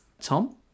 Tom